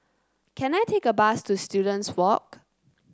can I take a bus to Students Walk